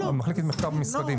מחלקת מחקר במשרדים?